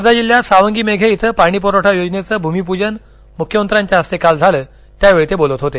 वर्धा जिल्ह्यात सावंगी मेघे इथं पाणीपुरवठा योजनेचं भूमिपूजन मुख्यमंत्र्यांच्या हस्ते काल झालं त्यावेळी ते बोलत होते